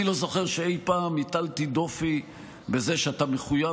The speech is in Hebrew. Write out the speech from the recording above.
אני לא זוכר שאי-פעם הטלתי דופי בזה שאתה מחויב